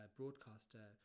broadcaster